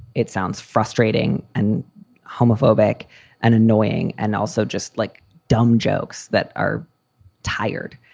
it sounds frustrating and homophobic and annoying and also just like dumb jokes that are tired.